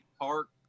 Park